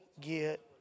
get